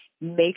make